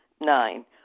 Nine